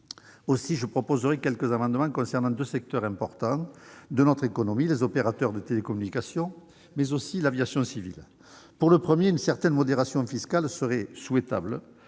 Aussi proposerai-je quelques amendements portant sur deux secteurs importants pour notre économie : les opérateurs de télécommunications et l'aviation civile. Pour le premier, une certaine modération fiscale serait souhaitable,